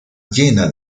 llena